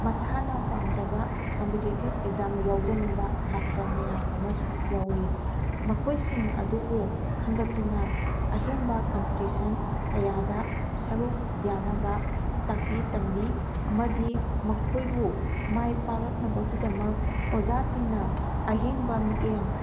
ꯃꯁꯥꯅ ꯄꯥꯝꯖꯕ competitive exam ꯌꯥꯎꯖꯅꯤꯡꯕ ꯁꯥꯇ꯭ꯔ ꯃꯌꯥꯝ ꯑꯃꯁꯨ ꯌꯥꯎꯏ ꯃꯈꯣꯏꯁꯤꯡ ꯑꯗꯨꯕꯨ ꯈꯟꯒꯠꯇꯨꯅ ꯑꯍꯦꯟꯕ ꯀꯝꯄꯤꯇꯤꯁꯟ ꯀꯌꯥꯗ ꯁꯔꯨꯛ ꯌꯥꯅꯕ ꯇꯥꯛꯄꯤ ꯇꯝꯕꯤ ꯑꯃꯗꯤ ꯃꯈꯣꯏꯕꯨ ꯃꯥꯏ ꯄꯥꯛꯂꯛꯅꯕꯒꯤꯗꯃꯛ ꯑꯣꯖꯥꯁꯤꯡꯅ ꯑꯍꯦꯟꯕ ꯃꯤꯠꯌꯦꯡ